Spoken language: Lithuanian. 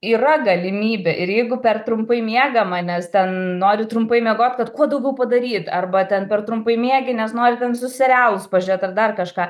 yra galimybė ir jeigu per trumpai miegama nes ten noriu trumpai miegot kad kuo daugiau padaryt arba ten per trumpai miegi nes nori ten visus serialus pažiūrėt ar dar kažką